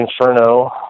Inferno